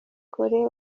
cole